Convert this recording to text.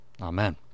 Amen